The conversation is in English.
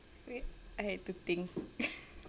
wait I have to think